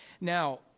Now